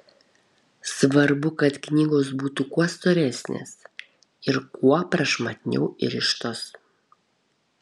svarbu kad knygos būtų kuo storesnės ir kuo prašmatniau įrištos